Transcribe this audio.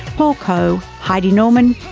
paul coe, heidi norman,